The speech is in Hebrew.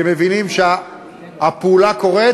כי הם מבינים שהפעולה נעשית,